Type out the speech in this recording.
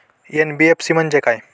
NBFC म्हणजे काय?